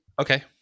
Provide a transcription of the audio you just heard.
Okay